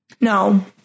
No